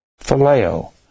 phileo